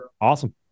Awesome